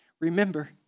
Remember